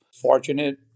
fortunate